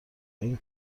این